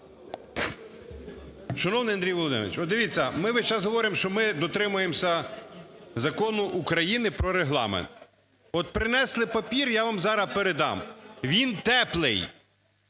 Шановний Андрій Володимирович, от дивіться, ми весь час говоримо, що ми дотримуємся Закону України "Про Регламент". От принесли папір, я вам зараз передам, він теплий.